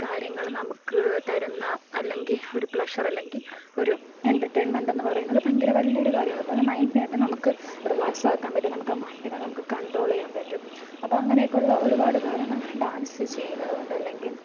കാര്യങ്ങൾ നമുക്ക് തരുന്ന അല്ലെങ്കിൽ ഒരു പ്ലെഷർ അല്ലെങ്കിൽ ഒരു എൻറർടെയിൻമെൻറ് എന്ന് പറയുന്നത് ഭയങ്കര വലിയ ഒരു കാര്യമാണ് അപ്പോൾ അത് മൈൻഡിനെ ഒക്കെ നമുക്ക് റിലാക്സ് ആക്കാൻ പറ്റും നമുക്ക് മൈൻഡിനെ നമുക്ക് കൺട്രോൾ ചെയ്യാൻ പറ്റും അപ്പോൾ അങ്ങനെയൊക്കെ ഉള്ള ഒരുപാട് കാര്യങ്ങൾ ഡാൻസ് ചെയ്യുന്നതുകൊണ്ട് അല്ലെങ്കിൽ